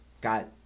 got